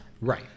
right